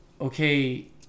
okay